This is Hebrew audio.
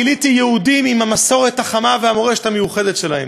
גיליתי יהודים עם המסורת החמה והמורשת המיוחדת שלהם.